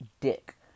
dick